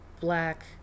black